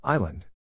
Island